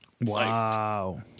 Wow